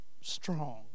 strong